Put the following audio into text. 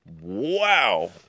Wow